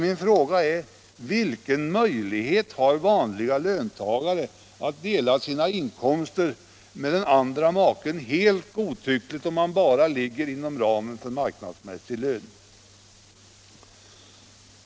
Min fråga är: Vilken möjlighet har en vanlig löntagare att helt godtyckligt dela sin inkomst med maken om beloppen bara ligger inom ramen för marknadsmässig lön?